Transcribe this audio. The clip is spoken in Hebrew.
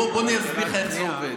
בוא אני אסביר לך איך זה עובד.